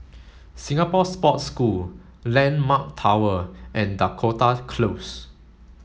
Singapore Sports School Landmark Tower and Dakota Close